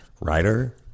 writer